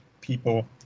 people